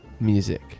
Music